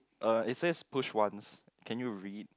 uh it says push once can you read